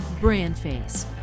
BrandFace